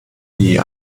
die